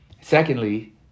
secondly